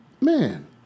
man